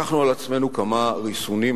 לקחנו על עצמנו כמה ריסונים,